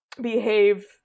behave